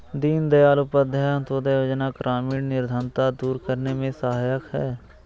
दीनदयाल उपाध्याय अंतोदय योजना ग्रामीण निर्धनता दूर करने में सहायक है